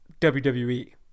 wwe